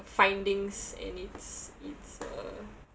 findings and it's it's uh